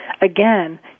Again